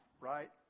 right